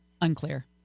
Unclear